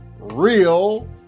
real